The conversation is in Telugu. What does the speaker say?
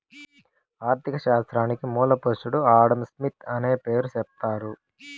ఆర్ధిక శాస్త్రానికి మూల పురుషుడు ఆడంస్మిత్ అనే పేరు సెప్తారు